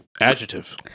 Adjective